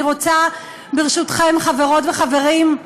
אני רוצה, ברשותכם, חברות וחברים,